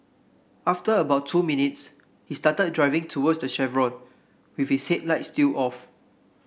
after about two minutes he started driving towards the chevron with his headlights still off